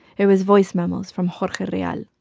it was voice memos from jorge rial